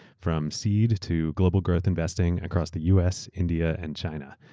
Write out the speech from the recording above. from seed to global growth investing across the us, india, and china.